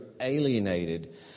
alienated